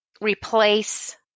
replace